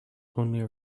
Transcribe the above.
only